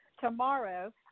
tomorrow